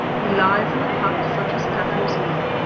he lies in a hut such as kaffirs make,